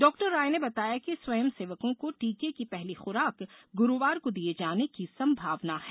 doctor Rai ने कहा कि स्वयंसेवकों को टीके की पहली खुराक गुरूवार को दिए जाने की सम्भावना है